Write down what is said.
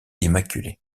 immaculée